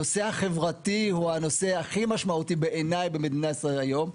הנושא החברתי הוא הנושא הכי משמעותי בעיניי במדינת ישראל היום,